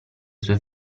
sue